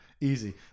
Easy